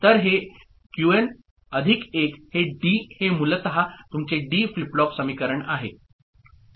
तर हे Q N plus 1 हे डी हे मूलतः तुमचे डी फ्लिप फ्लॉप समीकरण आहे